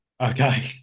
okay